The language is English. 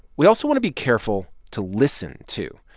we also want to be careful to listen, too.